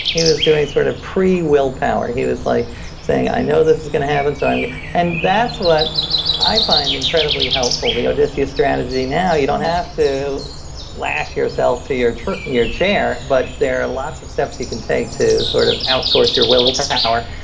he was doing sort of pre willpower. he was like saying i know this is going to happen. and so um and that's what i find incredibly helpful, the odysseus strategy now, you don't have to lash yourself to your to your chair but there are lots of steps you can take to sort of outsource your willpower.